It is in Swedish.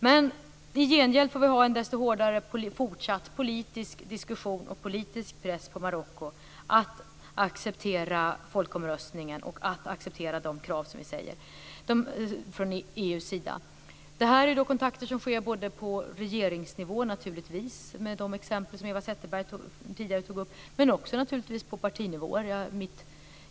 I gengäld får vi ha en desto hårdare fortsatt politisk diskussion och politisk press på Marocko för att man ska acceptera folkomröstningen och acceptera de krav som vi ställer från EU:s sida. Det här är kontakter som sker på regeringsnivå naturligtvis, med de exempel som Eva Zetterberg tidigare tog upp, men också på partinivå.